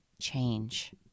change